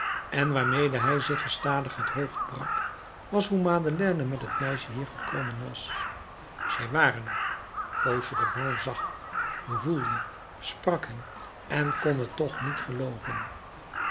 en waarmede hij zich gestadig het hoofd brak was hoe madeleine met het meisje hier gekomen was zij waren er fauchelevent zag voelde sprak hen en kon het toch niet gelooven